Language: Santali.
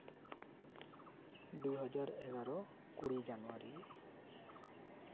ᱫᱩᱦᱟᱡᱟᱨ ᱮᱜᱟᱨᱚ ᱠᱩᱲᱤᱭ ᱡᱟᱱᱩᱣᱟᱨᱤ